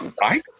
Right